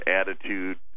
attitude